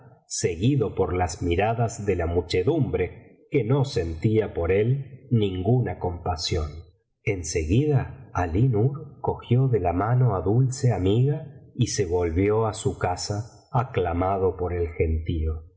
seguido por las miradas de la muchedumbre que no sentía por él ninguna compasión en seguida alí nur cogió de la mano á dulceamiga y se volvió á su casa aclamado por el gentío